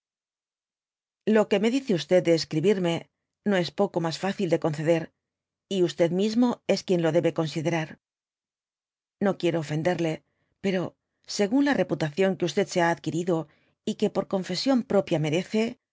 lo que me dice ls de escribirme no es po o mas fácil de conceder y mismo es quien lo dby google debe considerar no quiero ofenderle pero según la reputación que se ha adquirido y que or confesión propia merece